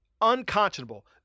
Unconscionable